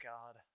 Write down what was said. God